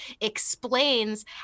explains